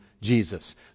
jesus